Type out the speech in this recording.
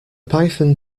python